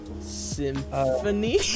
Symphony